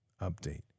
Update